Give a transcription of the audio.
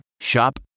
Shop